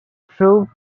proved